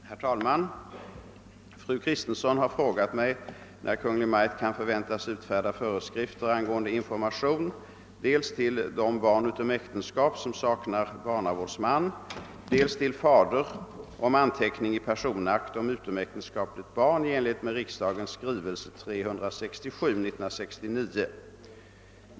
Herr talman! Fru Kristensson har frågat mig när Kungl. Maj:t kan förväntas utfärda föreskrifter angående »information dels till de barn utom äktenskap som saknar barnavårdsman, dels till fader om anteckning i personakt om utomäktenskapligt barn i enlighet med riksdagens skrivelse 367/1969«.